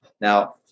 Now